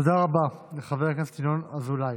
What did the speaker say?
תודה רבה לחבר הכנסת ינון אזולאי.